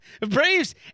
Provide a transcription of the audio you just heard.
Braves